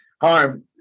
harm